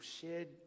shared